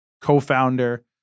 co-founder